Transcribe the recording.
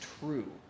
true